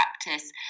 practice